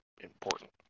important